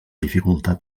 dificultat